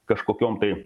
kažkokiom tai